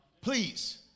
please